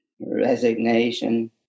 resignation